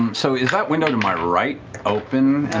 um so is that window to my right open?